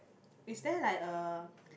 is there like a